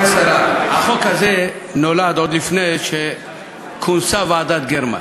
החוק הזה נולד עוד לפני שכונסה ועדת גרמן,